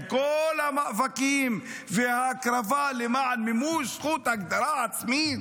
עם כל המאבקים וההקרבה למען מימוש זכות ההגדרה העצמית,